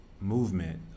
movement